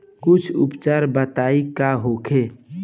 कुछ उपचार बताई का होखे?